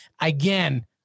again